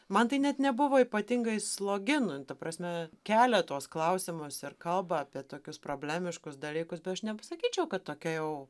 man tai net nebuvo ypatingai slogi nu ta prasme kelia tuos klausimus ir kalba apie tokius problemiškus dalykus bet aš nepasakyčiau kad tokia jau